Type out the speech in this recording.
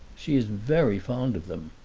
she is very fond of them.